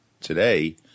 today